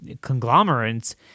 conglomerates